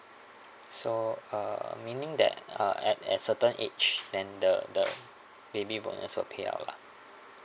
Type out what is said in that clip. so uh meaning that uh at at certain age then the the baby bonus will payout lah